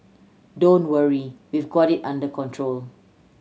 don't worry we've got it under control